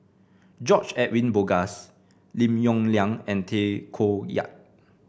George Edwin Bogaars Lim Yong Liang and Tay Koh Yat